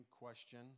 question